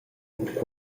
vid